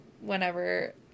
whenever